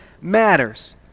matters